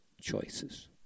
choices